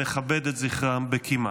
נכבד את זכרה בקימה.